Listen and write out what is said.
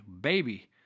Baby